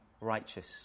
righteous